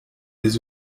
des